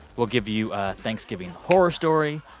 we'll give you a thanksgiving horror story,